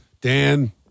Dan